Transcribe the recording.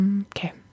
Okay